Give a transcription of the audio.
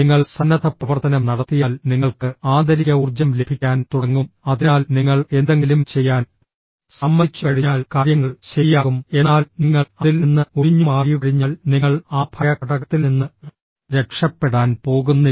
നിങ്ങൾ സന്നദ്ധപ്രവർത്തനം നടത്തിയാൽ നിങ്ങൾക്ക് ആന്തരിക ഊർജ്ജം ലഭിക്കാൻ തുടങ്ങും അതിനാൽ നിങ്ങൾ എന്തെങ്കിലും ചെയ്യാൻ സമ്മതിച്ചുകഴിഞ്ഞാൽ കാര്യങ്ങൾ ശരിയാകും എന്നാൽ നിങ്ങൾ അതിൽ നിന്ന് ഒഴിഞ്ഞുമാറിയുകഴിഞ്ഞാൽ നിങ്ങൾ ആ ഭയ ഘടകത്തിൽ നിന്ന് രക്ഷപ്പെടാൻ പോകുന്നില്ല